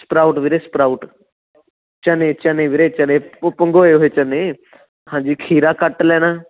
sprout ਵੀਰੇ sprout ਚਨੇ ਚਨੇ ਵੀਰੇ ਚਨੇ ਭੰਗੋਏ ਹੋਏ ਚਨੇ ਹਾਂਜੀ ਖੀਰਾ ਕੱਟ ਲੈਣਾ